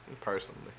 personally